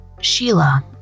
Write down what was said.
Sheila